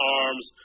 arms